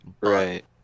Right